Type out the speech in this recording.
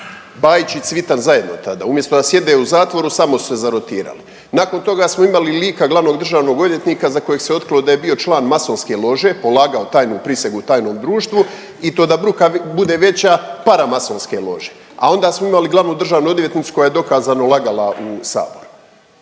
Bajić i Cvitan zajedno tada, umjesto da sjede u zatvoru samo su se zarotirali. Nakon toga smo imali lika glavnog državnog odvjetnika za kojeg se otkrilo da je bio član masonske lože, polagao tajnu prisegu u tajnom društvu i to da bruka bude veća paramasonske lože, a onda smo imali glavnu državnu odvjetnicu koja je dokazano lagala u Saboru.